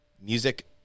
Music